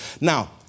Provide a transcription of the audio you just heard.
Now